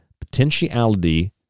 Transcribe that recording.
potentiality